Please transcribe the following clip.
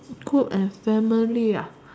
group and family ah